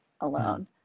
alone